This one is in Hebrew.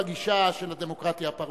בגישה של הדמוקרטיה הפרלמנטרית.